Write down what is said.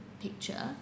picture